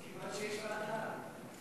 יש ועדה,